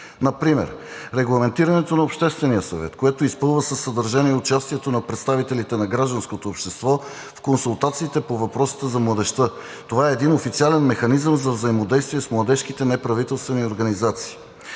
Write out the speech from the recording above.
Например регламентирането на Обществения съвет, което изпълва със съдържание участието на представителите на гражданското общество в консултациите по въпросите за младежта. Това е един официален механизъм за взаимодействие с младежките неправителствени организации.